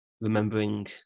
remembering